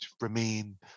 remain